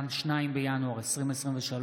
2 בינואר 2023,